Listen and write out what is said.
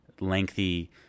lengthy